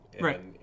Right